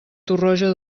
torroja